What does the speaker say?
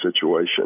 situation